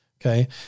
Okay